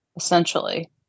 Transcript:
essentially